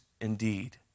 indeed